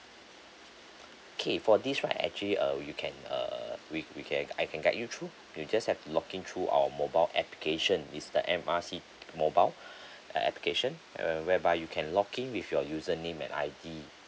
okay for this right actually uh you can err we we can I can guide you through you just have to login through our mobile application is the M R C mobile a~ application err whereby you can login with your username and I_D